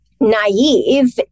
naive